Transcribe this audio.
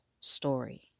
story